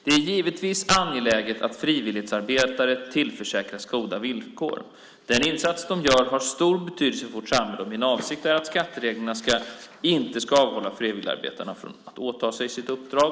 Det är givetvis angeläget att frivilligarbetare tillförsäkras goda villkor. Den insats de gör har stor betydelse för vårt samhälle och min avsikt är att skattereglerna inte ska avhålla frivilligarbetarna från att åta sig uppdrag.